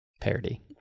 parody